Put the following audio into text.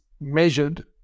measured